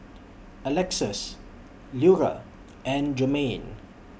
Alexus Lura and Jermaine